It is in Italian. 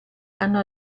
hanno